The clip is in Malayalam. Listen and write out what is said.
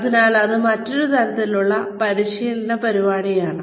അതിനാൽ ഇത് മറ്റൊരു തരത്തിലുള്ള പരിശീലന പരിപാടിയാണ്